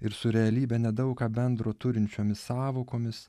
ir su realybe nedaug ką bendro turinčiomis sąvokomis